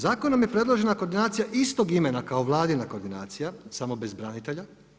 Zakonom je predložena koordinacija istog imena kao vladina koordinacija samo bez branitelja.